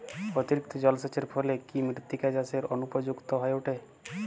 অতিরিক্ত জলসেচের ফলে কি মৃত্তিকা চাষের অনুপযুক্ত হয়ে ওঠে?